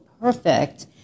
perfect